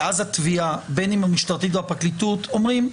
ואז התביעה בין אם המשטרתית או הפרקליטות אומרים: